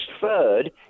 third